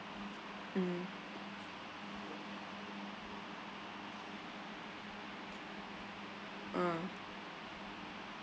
mm ah